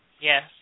Yes